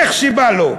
איך שבא לו,